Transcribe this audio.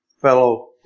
fellow